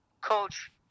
coach